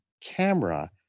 camera